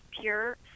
pure